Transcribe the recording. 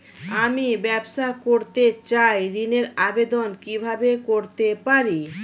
আমি ব্যবসা করতে চাই ঋণের আবেদন কিভাবে করতে পারি?